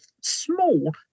small